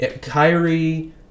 Kyrie